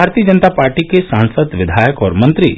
भारतीय जनता पार्टी के सांसद विधायक और मंत्री